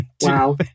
Wow